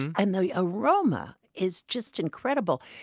and and the the aroma is just incredible.